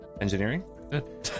engineering